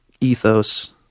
ethos